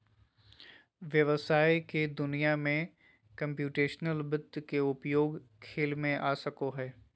व्हवसाय के दुनिया में कंप्यूटेशनल वित्त के उपयोग खेल में आ सको हइ